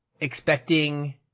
expecting